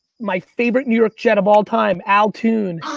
my favorite new york jets of all time, al toon,